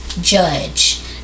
judge